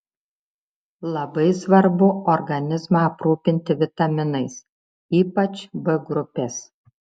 labai svarbu organizmą aprūpinti vitaminais ypač b grupės